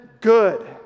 good